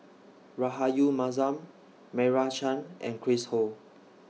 Rahayu Mahzam Meira Chand and Chris Ho